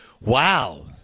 Wow